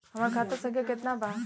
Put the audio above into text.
हमार खाता संख्या केतना बा?